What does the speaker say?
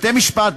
בתי-משפט,